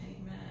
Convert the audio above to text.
Amen